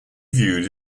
viewed